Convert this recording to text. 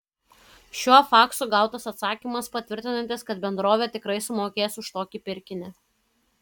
šiuo faksu gautas atsakymas patvirtinantis kad bendrovė tikrai sumokės už tokį pirkinį